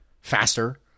faster